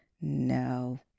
No